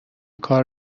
کار